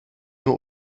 nur